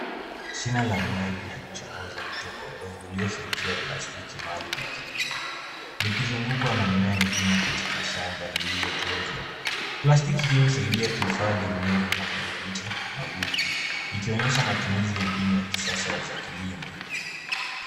Shina la mimea linachomoza kutoka udongo uliofunikiwa plastiki maalum ya kilimo, likizungukwa na mimea mgine katika shamba lililotunzwa, plastiki hiyo husaidia kuhifadhi unyevu na kudhibiti magugu, ikionyesha matumizi ya mbini ya kisasa za kilimo.